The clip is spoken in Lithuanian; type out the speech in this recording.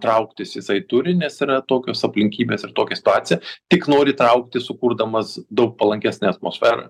trauktis jisai turi nes yra tokios aplinkybės ir tokia situacija tik nori trauktis sukurdamas daug palankesnę atmosferą